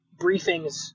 briefings